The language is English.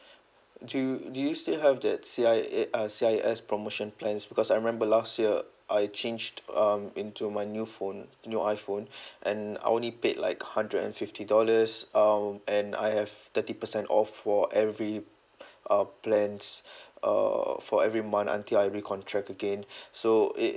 do you do you still have that C_I_A uh C_I_S promotion plans because I remember last year I changed um into my new phone new iphone and I only paid like hundred and fifty dollars um and I have thirty percent off for every uh plans err for every month until I re-contract again so it